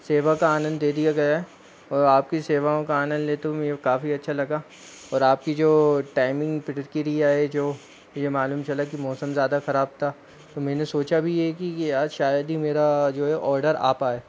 सेवा का आनंद दे दिया गया है और आपकी सेवाओं का आनंद लेते हुए काफ़ी अच्छा लगा और आपकी जो टाइमिंग प्रक्रिया है जो मुझे मालूम चला कि मौसम ज़्यादा खराब था तो मैंने सोचा भी ये कि आज शायद ही मेरा जो है ओर्डर आ पाए